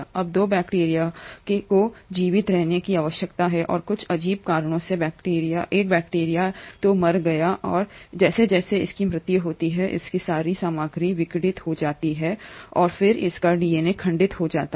अब बैक्टीरिया 2 को जीवित रहने की आवश्यकता है और कुछ अजीब कारणों से बैक्टीरिया 1 या तो मर गया है और जैसे जैसे इसकी मृत्यु होती है इसकी सारी सामग्री विघटित होती जाती है और फिर इसका डीएनए खंडित हो जाता है